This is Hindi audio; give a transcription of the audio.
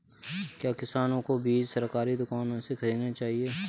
क्या किसानों को बीज सरकारी दुकानों से खरीदना चाहिए?